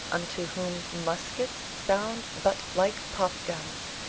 unto whom muskets sound but like pop-guns.